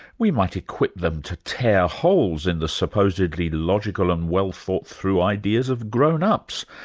we might equip them to tear holes in the supposedly logical and well thought through ideas of grown-ups!